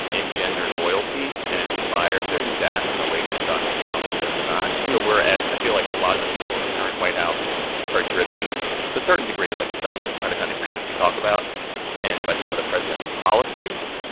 engendered loyalty and inspired their staff in a way that donald trump does not. so whereas i feel like a lot of the people in the current white house are driven to a certain degree, like, but by the kind of grievance you talk about and by some of the president's policies.